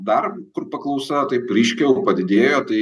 dar kur paklausa taip ryškiau padidėjo tai